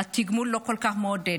התגמול לא כל כך מעודד.